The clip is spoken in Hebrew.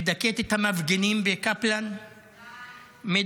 מדכאת את המפגינים בקפלן -- די, נו.